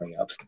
up